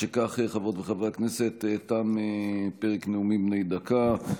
משכך, חברות וחברי הכנסת, תם פרק נאומים בני דקה.